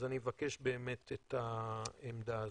אז אני אבקש באמת את העמדה הזאת.